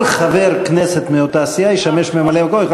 כל חבר כנסת מאותה סיעה ישמש ממלא-מקום.